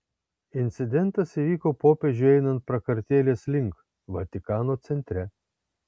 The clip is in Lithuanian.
incidentas įvyko popiežiui einant prakartėlės link vatikano centre